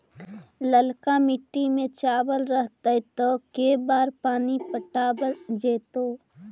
ललका मिट्टी में चावल रहतै त के बार पानी पटावल जेतै?